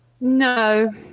No